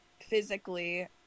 physically